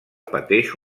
pateix